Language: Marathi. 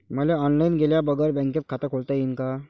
मले ऑनलाईन गेल्या बगर बँकेत खात खोलता येईन का?